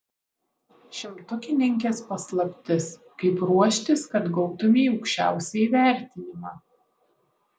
šimtukininkės paslaptis kaip ruoštis kad gautumei aukščiausią įvertinimą